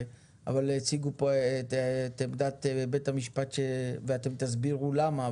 אבל הציגו פה את עמדת בית המשפט ואתם תסבירו למה,